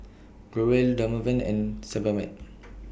Growell Dermaveen and Sebamed